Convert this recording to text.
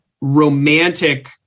romantic